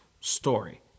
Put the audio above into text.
story